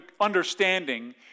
understanding